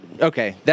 Okay